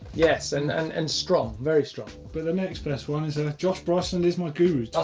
yes and and and strong, very strong. but the next best one is josh byrceland is my guru,